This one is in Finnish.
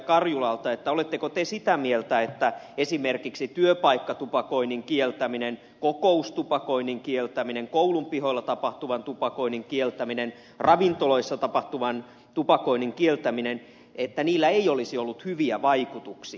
karjulalta oletteko te sitä mieltä että esimerkiksi työpaikkatupakoinnin kieltämisellä kokoustupakoinnin kieltämisellä koulun pihoilla tapahtuvan tupakoinnin kieltämisellä ravintoloissa tapahtuvan tupakoinnin kieltämisellä ei olisi ollut hyviä vaikutuksia